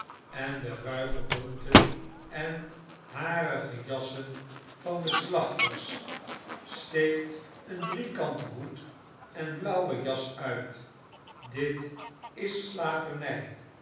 en de ruige bonte en harige jassen van de slachters steekt een driekante hoed en blauwe jas uit dit is slavernij